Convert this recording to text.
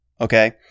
Okay